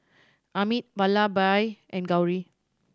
Amit Vallabhbhai and Gauri